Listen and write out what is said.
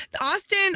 Austin